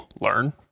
learn